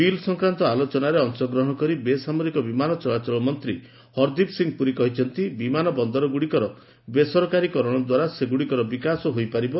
bill ସଫକ୍ରାନ୍ତ ଆଲୋଚନାରେ ଅଂଶଗ୍ରହର କରି ବେସାମରିକ ବିମାନ ଚଳାଚଳ ମନ୍ତ୍ରୀ ହରଦୀପ ସିଂ ପୁରୀ କହିଛନ୍ତି ବିମାନ ବନ୍ଦରଗୁଡ଼ିକର ବେରସକାରୀକରଣ ଦ୍ୱାରା ସେଗୁଡ଼ିକର ବିକାଶ ହୋଇପାରିବ